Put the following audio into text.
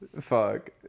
Fuck